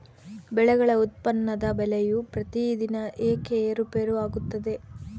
ಬೆಳೆಗಳ ಉತ್ಪನ್ನದ ಬೆಲೆಯು ಪ್ರತಿದಿನ ಏಕೆ ಏರುಪೇರು ಆಗುತ್ತದೆ?